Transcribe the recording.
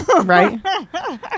right